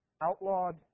outlawed